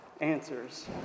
answers